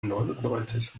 neunundneunzig